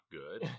good